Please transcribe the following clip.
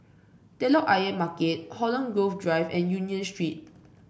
Telok Ayer Market Holland Grove Drive and Union Street